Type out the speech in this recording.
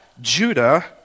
Judah